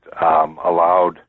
allowed